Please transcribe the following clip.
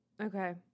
Okay